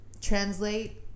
translate